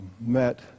met